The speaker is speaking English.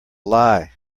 lie